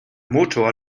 motor